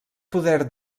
poder